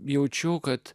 jaučiu kad